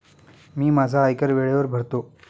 मी माझा आयकर वेळेवर भरतो